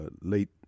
late